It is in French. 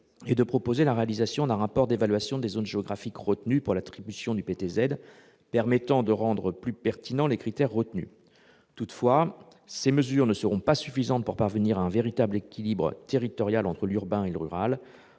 et de prévoir la réalisation d'un rapport d'évaluation des zones géographiques éligibles au PTZ devant permettre d'améliorer la pertinence des critères retenus. Toutefois, ces mesures ne seront pas suffisantes pour parvenir à un véritable équilibre territorial entre l'urbain et le rural.